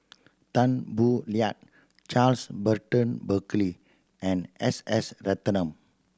Tan Boo Liat Charles Burton Buckley and S S Ratnam